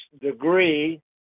degree